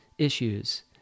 issues